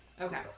Okay